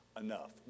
enough